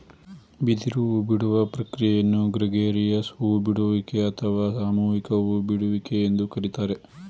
ಬಿದಿರು ಹೂಬಿಡುವ ಪ್ರಕ್ರಿಯೆಯನ್ನು ಗ್ರೆಗೇರಿಯಸ್ ಹೂ ಬಿಡುವಿಕೆ ಅಥವಾ ಸಾಮೂಹಿಕ ಹೂ ಬಿಡುವಿಕೆ ಎಂದು ಕರಿತಾರೆ